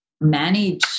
manage